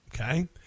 okay